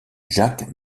jacques